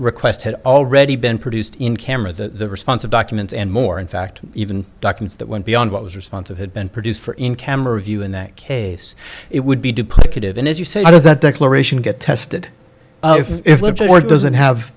request had already been produced in camera the response of documents and more in fact even documents that went beyond what was responsive had been produced for in camera view in that case it would be duplicative and as you say how does that declaration get tested if lives or doesn't have